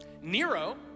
Nero